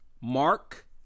Mark